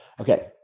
Okay